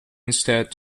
instead